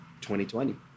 2020